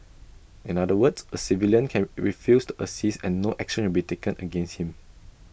in other words A civilian can refuse to assist and no action will be taken against him